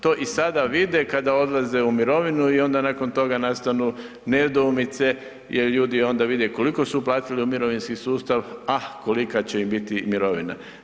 To i sada vide kada odlaze u mirovinu i onda nakon toga nastanu nedoumice jer ljudi onda vide koliko su uplatili u mirovinski sustav, a kolika će im biti mirovina.